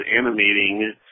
animating